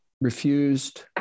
refused